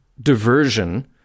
diversion